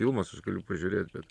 filmas aš galiu pažiūrėt